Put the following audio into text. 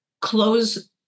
close